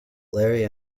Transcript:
larry